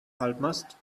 halbmast